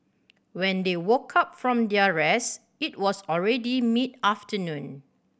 when they woke up from their rest it was already mid afternoon